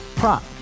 prop